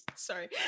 Sorry